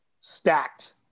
stacked